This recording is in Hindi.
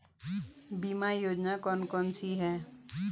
बीमा योजना कौन कौनसी हैं?